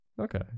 Okay